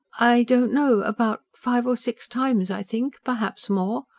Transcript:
i don't know. about five or six times, i think. perhaps more.